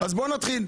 אז בואו נתחיל: